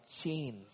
chains